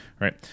Right